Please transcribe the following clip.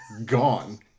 gone